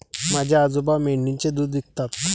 माझे आजोबा मेंढीचे दूध विकतात